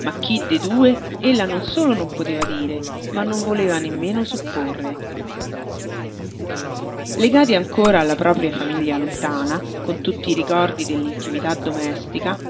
ma chi de due ella non solo non poteva dire ma non voleva nemmeno supporre legati ancora alla propria famiglia lontana con tutti i ricordi dell'intimità domestica